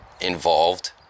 involved